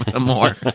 more